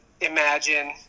imagine